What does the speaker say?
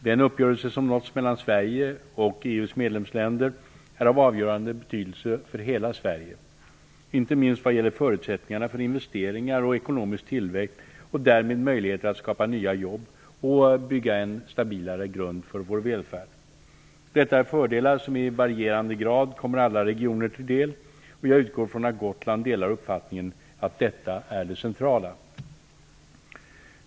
Den uppgörelse som nåtts mellan Sverige och EU:s medlemsländer är av avgörande betydelse för hela Sverige, inte minst vad gäller förutsättningarna för investeringar och ekonomisk tillväxt och därmed möjligheter att skapa nya jobb och bygga en stabilare grund för vår välfärd. Detta är fördelar som i varierande grad kommer alla regioner till del, och jag utgår från att Gotland delar uppfattningen att detta är det centrala.